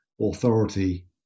authority